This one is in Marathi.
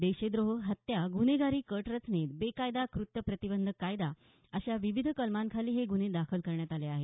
देशद्रोह हत्या गुन्हेगारी कट रचणे बेकायदा कृत्य प्रतिबंधक कायदा अशा विविध कलमांखाली हे गुन्हे दाखल करण्यात आले आहेत